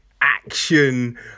action